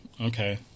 okay